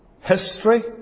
history